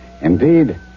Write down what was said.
Indeed